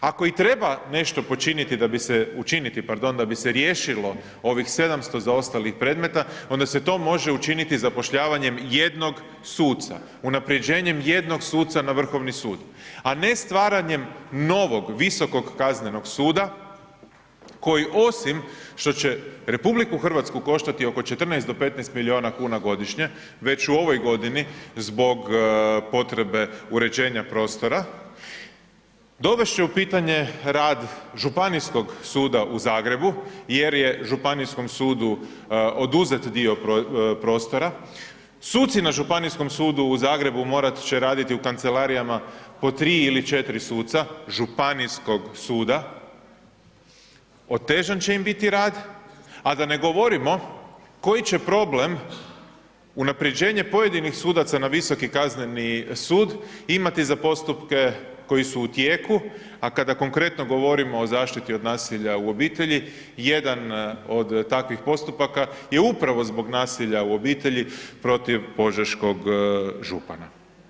Ako i treba nešto počiniti, učiniti, pardon, da bi se riješilo ovih 700 zaostalih predmeta, onda se to može učiniti zapošljavanjem jednog suca, unaprjeđenjem jednog suca na Vrhovni sud a ne stvaranjem novog Visokog kaznenog suda koji osim što će RH koštati oko 14 do 15 milijuna kuna godišnje već u ovoj godini zbog potrebe uređenja prostora, dovest će u pitanje rad Županijskog suda u Zagrebu jer je županijskom sudu oduzet dio prostora, suci na Županijskom sudu u Zagrebu morat će raditi u kancelarijama po tri ili četiri suca županijskog suca, otežan će im biti rad a da ne govorimo koji će problem unaprjeđenje pojedinih sudaca na Visoki kazneni sud imati za postupke koji su u tijeku a kada konkretno govorimo o zaštiti od nasilja u obitelji, jedan od takvih postupaka je upravo zbog nasilja u obitelji protiv požeškog župana.